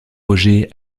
oger